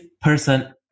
person